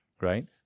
right